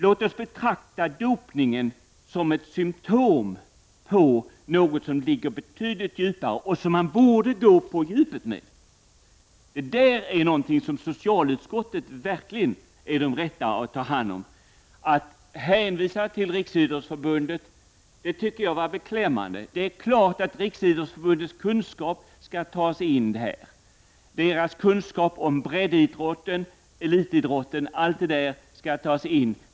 Låt oss betrakta dopning som ett symptom på något som ligger betydligt — Prot. 1989/90:132 djupare och som man borde gå på djupet med. Det är något som socialut 31 maj 1990 skottet verkligen skall ta hand om. Jag tycker att det var beklagligt att man Godkännande av hänvisar till riksidrottsförbundet. Det är klart att riksidrottsförbundets kund skap skall tas med här. Deras kunskaper om breddidrotten och elitidrotten Europ arådets kon skall tas med.